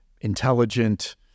intelligent